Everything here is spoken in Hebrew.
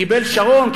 קיבל שרון,